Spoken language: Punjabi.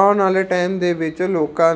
ਆਉਣ ਵਾਲੇ ਟਾਈਮ ਦੇ ਵਿੱਚ ਲੋਕਾਂ